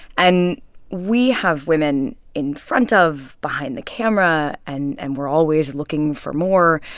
and we have women in front of, behind the camera, and and we're always looking for more.